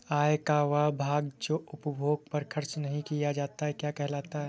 आय का वह भाग जो उपभोग पर खर्च नही किया जाता क्या कहलाता है?